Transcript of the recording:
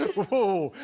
whoa!